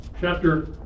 chapter